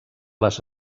les